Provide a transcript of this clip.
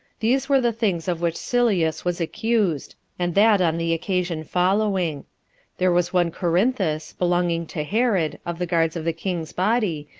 these were the things of which sylleus was accused, and that on the occasion following there was one corinthus, belonging to herod, of the guards of the king's body,